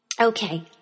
Okay